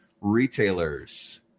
Retailers